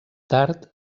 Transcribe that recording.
tard